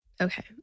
Okay